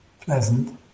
pleasant